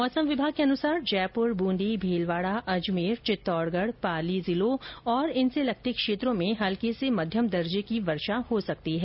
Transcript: मौसम विभाग के अनुसार जयपुर ब्रंदी भीलवाड़ा अजमेर चित्तौड़गढ़ पाली जिलों और इनसे लगते क्षेत्रों में हल्की से मध्यम दर्जे की वर्षा हो सकती है